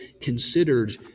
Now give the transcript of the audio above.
considered